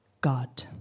God